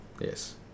yes